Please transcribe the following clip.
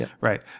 Right